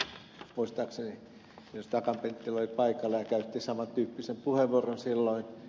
akaan penttilä oli paikalla ja käytti saman tyyppisen puheenvuoron silloin